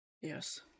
Yes